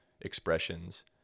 expressions